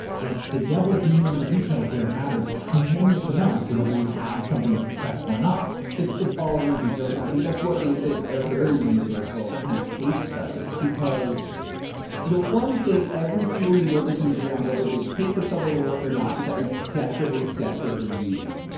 like the devil being in the details there matters a tremendous amount to whether you have something that's successful or not. it's it's all in the details and i think that's what makes it a very universal kind of case study because the one thing every single new yorkers can agree on, whether they take the subway to work or not is that we desperately, desperately need it,